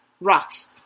rocks